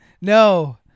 No